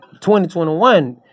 2021